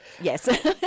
yes